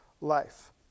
life